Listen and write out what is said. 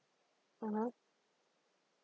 (uh huh)